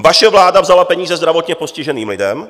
Vaše vláda vzala peníze zdravotně postiženým lidem.